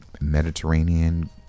Mediterranean